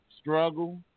struggle